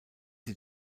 sie